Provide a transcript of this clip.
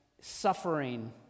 suffering